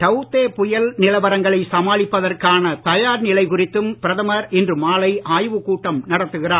tau தே புயல் நிலவரங்களை சமாளிப்பதற்கான தயார் நிலை குறித்தும் பிரதமர் இன்று மாலை ஆய்வுக் கூட்டம் நடத்துகிறார்